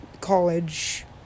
college